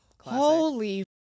Holy